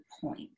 point